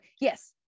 Yes